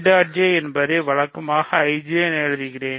J என்பதை வழக்கமாக IJ என எழுதுகிறேன்